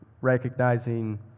recognizing